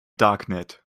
darknet